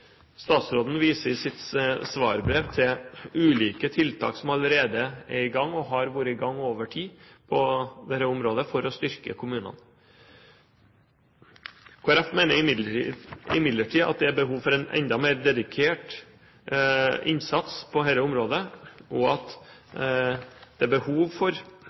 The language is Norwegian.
Statsråden viser i sitt svarbrev til ulike tiltak som allerede er i gang og har vært i gang over tid på dette området, for å styrke kommunene. Kristelig Folkeparti mener imidlertid at det er behov for en enda mer dedikert innsats på dette området, og at det er behov for